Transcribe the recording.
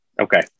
Okay